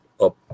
up